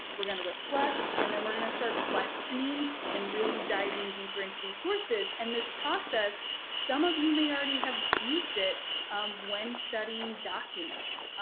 we're gonna reflect, and then we're gonna start questioning and really diving deeper into these sources. and this process, some of you may already have used it when studying documents,